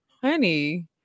Honey